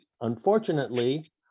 unfortunately